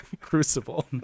crucible